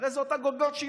הרי זה אותו גלגל שיניים.